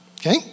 okay